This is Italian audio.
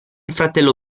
fratello